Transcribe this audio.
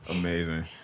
Amazing